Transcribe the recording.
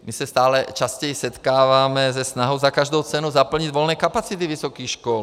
My se stále častěji setkáváme se snahou za každou cenu zaplnit volné kapacity vysokých škol.